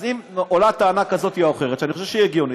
אם עולה טענה כזה או אחרת שאני חושב שהיא הגיונית,